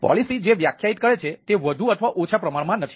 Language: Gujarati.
પોલિસી જે વ્યાખ્યાયિત કરે છે તે વધુ અથવા ઓછા પ્રમાણમાં નથી